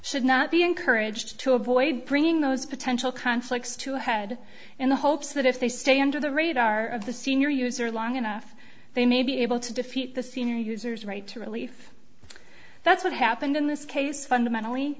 should not be encouraged to avoid bringing those potential conflicts to a head in the hopes that if they stay under the radar of the senior user long enough they may be able to defeat the senior users right to relief that's what happened in this case fundamentally